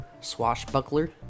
swashbuckler